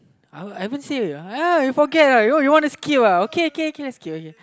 I I haven't say uh you forget uh you you wanna skip uh okay K K skip okay